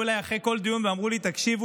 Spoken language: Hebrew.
אליי אחרי כל דיון ואמרו לי: תקשיב,